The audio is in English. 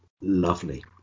lovely